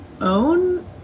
own